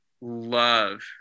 love